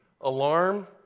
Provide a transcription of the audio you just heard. alarm